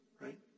right